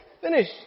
Finish